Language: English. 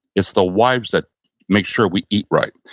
it's the wives that make sure we eat right,